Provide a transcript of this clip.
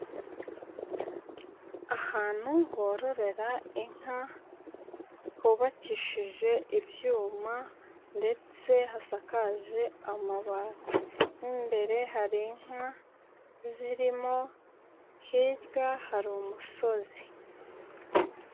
Ahantu bororera inka hubakishije ibyuma ndetse hasakaje amabati. Imbere hari inka zirimo, hirya hari umusozi.